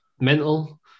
mental